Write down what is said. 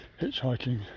hitchhiking